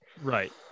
right